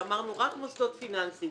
שאמרנו שרק מוסדות פיננסיים